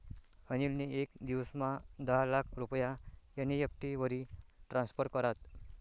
अनिल नी येक दिवसमा दहा लाख रुपया एन.ई.एफ.टी वरी ट्रान्स्फर करात